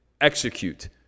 execute